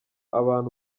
abantu